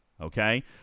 Okay